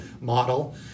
model